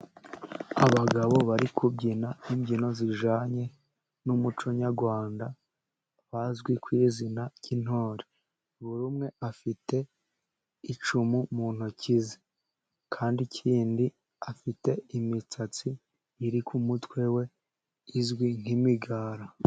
Abagabo bari kubyina imbyino zijyanye n'umuco nyarwanda, bazwi ku izina ry'intore, buri umwe afite icumu mu ntoki ze, kandi ikindi afite imisatsi iri ku mutwe we, izwi nk'imigara.